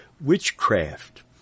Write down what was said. witchcraft